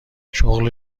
شغل